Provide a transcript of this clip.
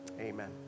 Amen